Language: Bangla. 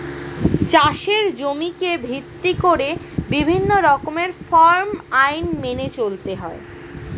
চাষের জমিকে ভিত্তি করে বিভিন্ন রকমের ফার্ম আইন মেনে চলতে হয়